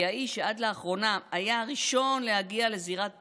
כי האיש שעד לאחרונה היה הראשון להגיע לזירת פיגוע,